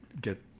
get